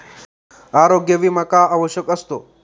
आरोग्य विमा का आवश्यक असतो?